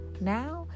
now